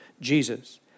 Jesus